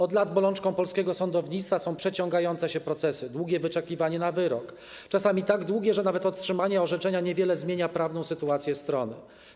Od lat bolączką polskiego sądownictwa są przeciągające się procesy, długie wyczekiwanie na wyrok, czasami tak długie, że nawet otrzymanie orzeczenia niewiele zmienia sytuację prawną strony.